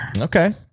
Okay